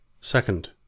Second